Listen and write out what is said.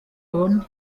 abone